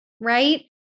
right